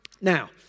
Now